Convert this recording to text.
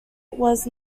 was